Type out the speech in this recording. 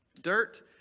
Dirt